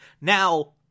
Now